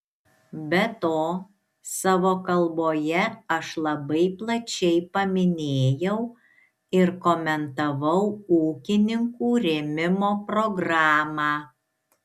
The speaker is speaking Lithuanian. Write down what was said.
be to savo kalboje aš labai plačiai paminėjau ir komentavau ūkininkų rėmimo programą